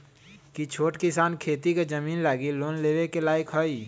कि छोट किसान खेती के जमीन लागी लोन लेवे के लायक हई?